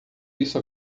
isso